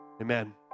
Amen